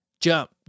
jump